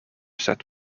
set